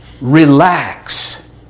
relax